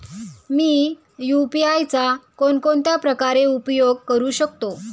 मी UPI चा कोणकोणत्या प्रकारे उपयोग करू शकतो?